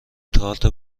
تارت